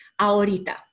ahorita